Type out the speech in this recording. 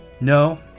No